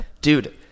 dude